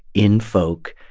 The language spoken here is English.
in folk,